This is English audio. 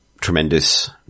tremendous